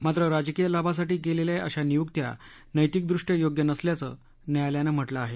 मात्र राजकीय लाभासाठी केलेल्या अशा नियुक्त्या नैतिकदृष्ट्या योग्य नसल्याचं न्यायालयानं म्हटलं आहे